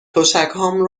تشکهام